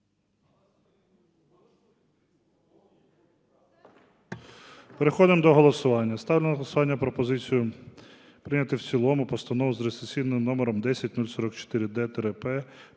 Переходимо до голосування. Ставлю на голосування пропозицію прийняти в цілому Постанову з реєстраційним номером 10044-д-П: